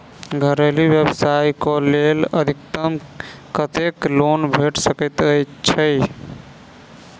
घरेलू व्यवसाय कऽ लेल अधिकतम कत्तेक लोन भेट सकय छई?